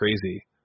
crazy